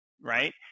right